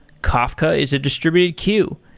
kafka is a distributed queue.